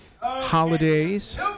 holidays